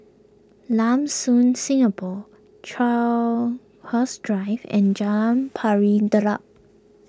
Lam Soon Singapore Crowhurst Drive and Jalan Pari Dedap